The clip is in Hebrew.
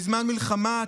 בזמן מלחמה,